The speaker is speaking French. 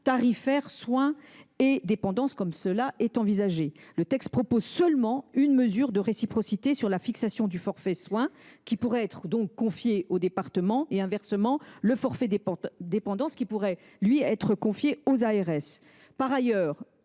tarifaires soins et dépendance, comme cela est envisagé. Le texte propose seulement une mesure de réciprocité pour la fixation du forfait soins, qui pourrait être confiée aux départements et pour la fixation du forfait dépendance, qui, inversement, pourrait être confiée aux ARS.